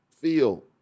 feel